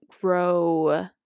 grow